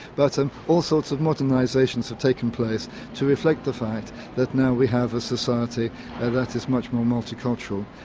but all sorts of modernisations have taken place to reflect the fact that now we have a society that is much more multicultural.